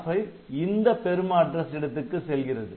R5 இந்த பெரும address இடத்துக்கு செல்கிறது